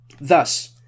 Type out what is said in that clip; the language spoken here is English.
Thus